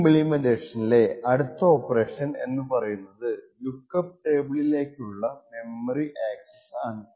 ഈ ഇമ്പ്ലിമെൻറ്റേഷനിലെ അടുത്ത ഓപ്പറേഷൻ എന്ന് പറയുന്നത് ലുക്ക്അപ്പ് ടേബിളിലേക്കുള്ള മെമ്മറി അക്സസ്സ് ആണ്